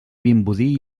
vimbodí